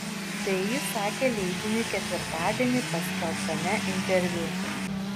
tai jis sakė leidiniui ketvirtadienį paskelbtame interviu